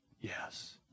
Yes